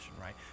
right